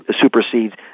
supersedes